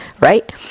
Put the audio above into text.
right